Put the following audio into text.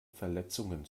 verletzungen